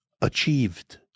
achieved